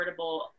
affordable